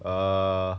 err